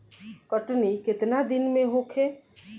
कटनी केतना दिन में होखे?